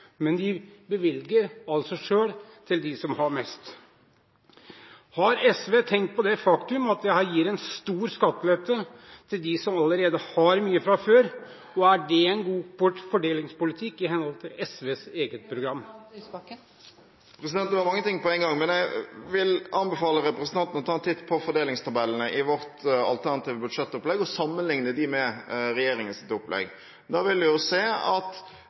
Men de bevilger selv til dem som har mest. Har SV tenkt på det faktum at de her gir store skatteletter til dem som allerede har mye fra før? Er det god fordelingspolitikk i henhold til SVs eget program? Det var mange ting på en gang, men jeg vil anbefale representanten å ta en titt på fordelingstabellene i vårt alternative budsjettopplegg og sammenligne dem med regjeringens opplegg. Da vil man se at